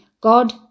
God